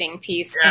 piece